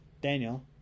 Daniel